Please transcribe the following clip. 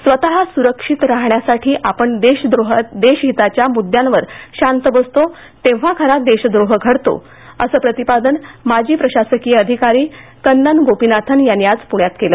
स्वत सुरक्षित राहण्यासाठी आपण देशहिताच्या मुद्द्यावर शांत बसतो तेव्हा खरा देशद्रोह घडतो असं प्रतिपादन माजी प्रशासकीय अधिकारी कन्नन गोपीनाथन यांनी आज पूण्यात केलं